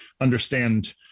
understand